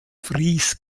fries